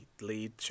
lead